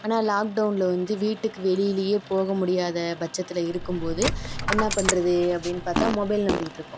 ஆனால் லாக்டௌனில் வந்து வீட்டுக்கு வெளியிலையே போக முடியாத பட்சத்தில் இருக்கும்போது என்ன பண்ணுறது அப்படின் பார்த்தா மொபைல் நோண்டிகிட்டுருப்போம்